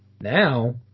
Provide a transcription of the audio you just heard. Now